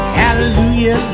hallelujah